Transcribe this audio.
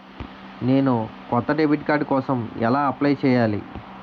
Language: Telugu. నేను కొత్త డెబిట్ కార్డ్ కోసం ఎలా అప్లయ్ చేయాలి?